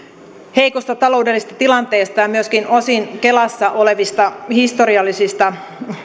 heikosta taloudellisesta tilanteesta ja myöskin osin kelassa olevista historiallisista